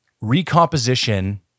recomposition